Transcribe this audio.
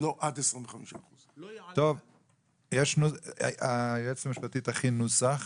לא עד 25%. היועצת המשפטית תכין נוסח.